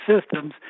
systems